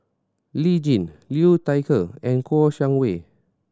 Lee Tjin Liu Thai Ker and Kouo Shang Wei